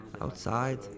outside